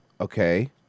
Okay